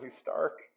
Stark